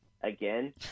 again